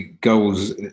goals